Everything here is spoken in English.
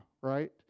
right